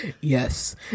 Yes